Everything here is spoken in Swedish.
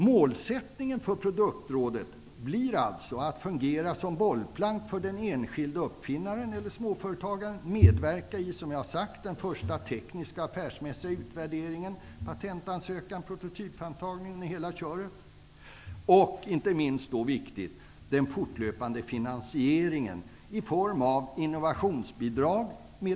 Målsättningen för produktråden blir alltså att fungera som bollplank för den enskilde uppfinnaren och småföretagaren och att medverka i den första tekniska och affärsmässiga utvärderingen, patentansökan, prototypframtagningen och, inte minst, i den viktiga fortlöpande finansieringen. Detta kan ske i form av innovationsbidrag.